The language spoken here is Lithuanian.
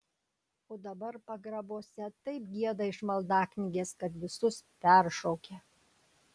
o dabar pagrabuose taip gieda iš maldaknygės kad visus peršaukia